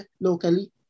locally